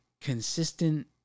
consistent